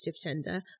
tender